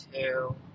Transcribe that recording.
two